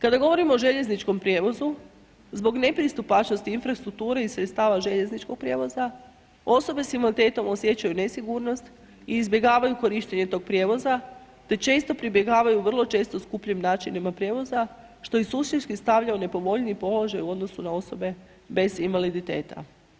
Kada govorimo o željezničkom prijevozu, zbog nepristupačnosti infrastrukture i sredstava željezničkog prijevoza, osobe sa invaliditetom osjećaju nesigurnost i izbjegavaju korištenje tog prijevoza te često pribjegavaju vrlo čestim skupljim načinima prijevoza što ih suštinski stavlja u nepovoljniji položaj u odnosu na osobe bez invaliditeta.